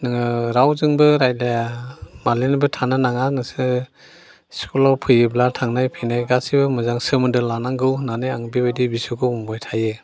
नोङो रावजोंबो रायलाया बालियैबो थानो नाङा नोंसोर स्कुलाव फैयोब्ला थांनाय फैनाय गासैबो मोजां सोमोनदो लानांगौ होन्नानै आङो बेबायदि बिसौखौ बुंबाय थायो